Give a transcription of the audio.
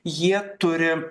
jie turi